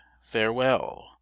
farewell